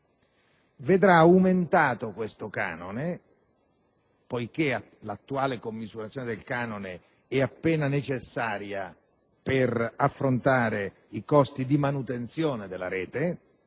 vedrà aumentato tale canone (poiché la sua attuale commisurazione è appena necessaria per affrontare i costi di manutenzione della rete),